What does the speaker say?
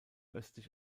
östlich